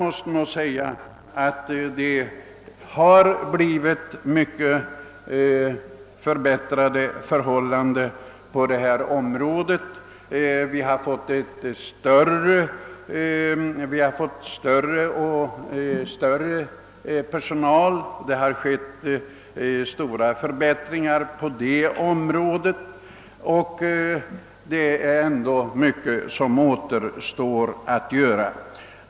Åtskilligt har nog förbättrats på det här området. Vi har fått mera personal men mycket återstår att göra.